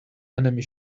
enemy